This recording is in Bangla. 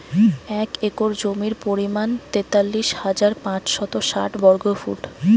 এক একর জমির পরিমাণ তেতাল্লিশ হাজার পাঁচশত ষাট বর্গফুট